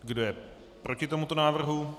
Kdo je proti tomuto návrhu?